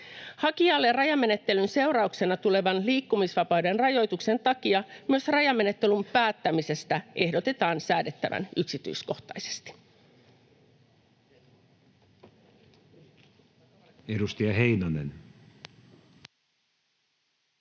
Hakijalle rajamenettelyn seurauksena tulevan liikkumisvapauden rajoituksen takia myös rajamenettelyn päättämisestä ehdotetaan säädettävän yksityiskohtaisesti.